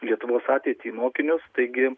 lietuvos ateitį mokinius taigi